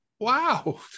Wow